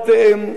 אל מי לפנות,